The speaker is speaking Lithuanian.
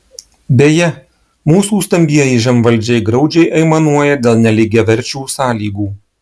beje mūsų stambieji žemvaldžiai graudžiai aimanuoja dėl nelygiaverčių sąlygų